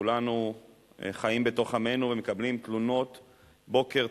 כולנו חיים בתוך עמנו ומקבלים תלונות בוקר,